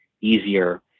easier